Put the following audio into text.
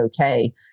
okay